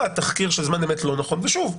התחקיר של "זמן אמת" לא נכון ושוב,